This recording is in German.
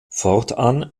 fortan